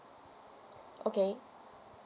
okay